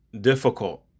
difficult